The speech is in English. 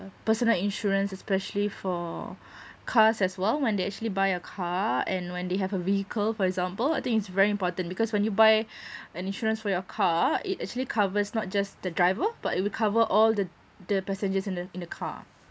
personal insurance especially for cars as well when they actually buy a car and when they have a vehicle for example I think it's very important because when you buy an insurance for your car it actually covers not just the driver but it would cover all the the passengers in the in the car